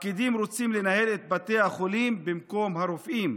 הפקידים רוצים לנהל את בתי החולים במקום הרופאים.